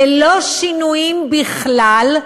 ללא שינויים בכלל.